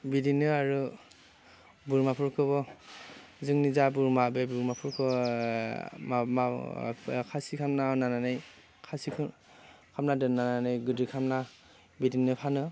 बिदिनो आरो बोरमाफोरखौबो जोंनि जा बोरमा बे बोरमाफोरखौ खासि खालामना होनानै खासि खालामना दोननानै गिदिर खालामना बिदिनो फानो